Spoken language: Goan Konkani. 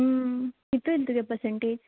कितू येल्या तुगेली परसेंटेज